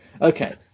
Okay